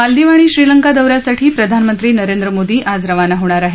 मालदिव आणि श्रीलंका दौऱ्यासाठी प्रधानमंत्री नरेंद्र मोदी आज रवाना होणार आहेत